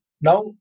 Now